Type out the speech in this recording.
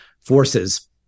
forces